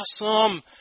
awesome